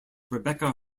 rebecca